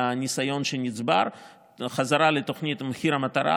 מהניסיון שנצבר חזרה לתוכנית מחיר המטרה,